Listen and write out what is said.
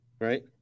Right